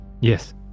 yes